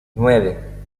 nueve